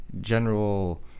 general